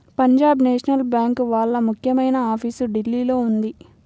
Punjab national bank వాళ్ళ ముఖ్యమైన office ఢిల్లీలో ఉంది